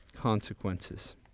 consequences